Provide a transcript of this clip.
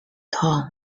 tom